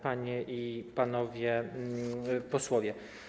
Panie i Panowie Posłowie!